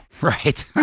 Right